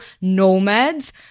nomads